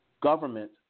government